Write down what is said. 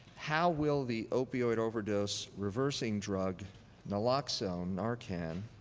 how will the opioid overdose reversing drug naloxone, narcan,